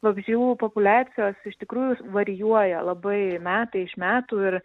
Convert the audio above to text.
vabzdžių populiacijos iš tikrųjų varijuoja labai metai iš metų ir